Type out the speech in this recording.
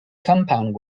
compound